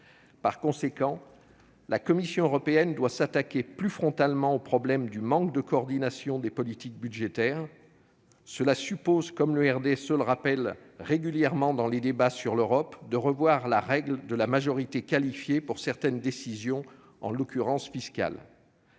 Par conséquent, la Commission européenne doit s'attaquer plus frontalement au problème du manque de coordination des politiques budgétaires. Cela suppose, comme le groupe du RDSE le rappelle régulièrement dans les débats sur l'Europe, de revoir la règle de la majorité qualifiée pour certaines décisions, en l'occurrence fiscales.